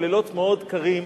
הלילות מאוד קרים,